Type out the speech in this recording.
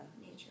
nature